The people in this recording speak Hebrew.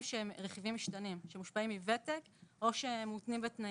שהם רכיבים משתנים שמושפעים מוותק או שמותנים בתנאים.